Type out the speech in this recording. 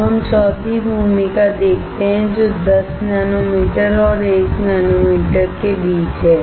अब हम चौथी भूमिका देखते है जो 10 नैनोमीटर और 1 नैनोमीटर के बीच है